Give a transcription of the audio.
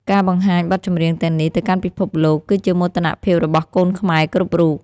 ការបង្ហាញបទចម្រៀងទាំងនេះទៅកាន់ពិភពលោក គឺជាមោទនភាពរបស់កូនខ្មែរគ្រប់រូប។